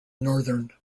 northern